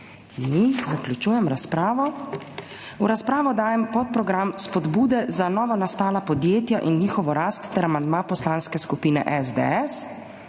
Ni. Zaključujem razpravo. V razpravo dajem podprogram Spodbude za novonastala podjetja in njihovo rast ter amandma Poslanske skupine SDS.